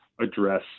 address